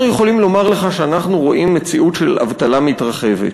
אנחנו יכולים לומר לך שאנחנו רואים מציאות של אבטלה מתרחבת.